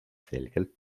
selgelt